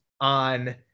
on